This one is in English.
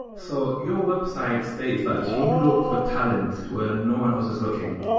so your websites states that you look for talent where no one else is looking.